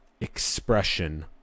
expression